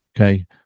okay